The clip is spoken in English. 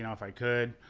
and if i could,